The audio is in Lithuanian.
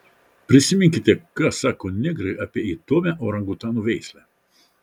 prisiminkite ką sako negrai apie įdomią orangutanų veislę